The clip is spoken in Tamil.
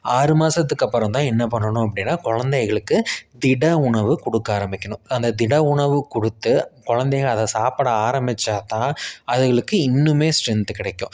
ஆறு மாதத்துக்கு அப்புறம் தான் என்ன பண்ணணும் அப்படின்னா குலந்தைகளுக்கு திட உணவு கொடுக்க ஆரம்பிக்கணும் அந்த திட உணவு கொடுத்து குலந்தைக அதை சாப்பிட ஆரம்பிச்சாத்தான் அதுங்களுக்கு இன்னுமே ஸ்ட்ரென்த்து கிடைக்கும்